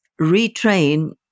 retrain